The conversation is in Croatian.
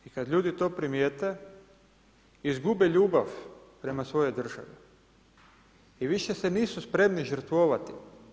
I kad ljudi to primijete, izgube ljubav prema svojoj državi i više se nisu spremni žrtvovati.